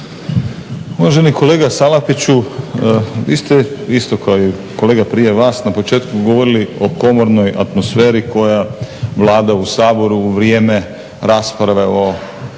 Uvaženi kolega Salapiću, vi ste isto kao i kolega prije vas na početku govorili o komornoj atmosferi koja vlada u Saboru u vrijeme rasprave o